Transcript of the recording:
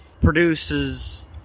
produces